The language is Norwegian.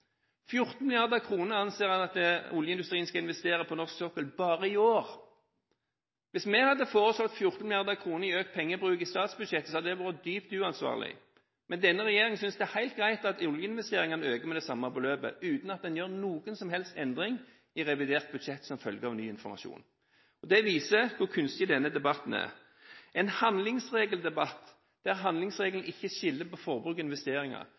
14 mrd. kr. 14 mrd. kr anser en at oljeindustrien skal investere på norsk sokkel bare i år. Hvis vi hadde foreslått 14 mrd. kr i økt pengebruk i statsbudsjettet, hadde det vært dypt uansvarlig, men denne regjeringen synes det er helt greit at oljeinvesteringene øker med det samme beløpet, uten at en gjør noen som helst endring i revidert budsjett som følge av ny informasjon. Det viser hvor kunstig denne debatten er – en handlingsregeldebatt der handlingsregelen ikke skiller på forbruk og investeringer,